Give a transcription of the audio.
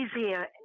easier